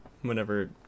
whenever